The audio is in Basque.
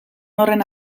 horren